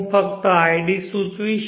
હું ફક્ત id સૂચવીશ